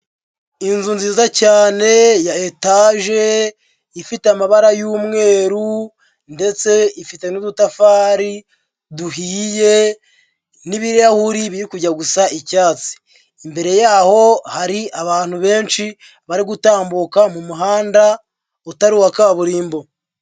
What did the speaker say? Inzu nziza cyane ya etaje, ifite amabara y'umweru ndetse ifite n'udutafari duhiye n'ibirahuri birirya gusa icyatsi, imbere yaho hari abantu benshi, bari gutambuka mu muhanda utari uwa kaburimbo.